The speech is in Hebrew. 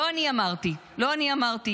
לא אני אמרתי, לא אני אמרתי.